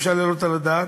שאפשר להעלות על הדעת,